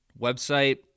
website